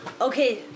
Okay